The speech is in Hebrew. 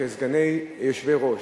כסגני יושבי-ראש,